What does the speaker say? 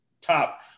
top